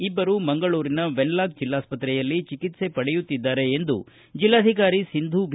ಇಬ್ಬರು ಮಂಗಳೂರಿನ ವೆನ್ಲಾಕ್ ಜಿಲ್ಲಾಸ್ತ್ರೆಯಲ್ಲಿ ಚಿಕಿತ್ಸೆ ಪಡೆಯುತ್ತಿದ್ದಾರೆ ಜಿಲ್ಲಾಧಿಕಾರಿ ಸಿಂಧೂ ಬಿ